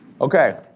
Okay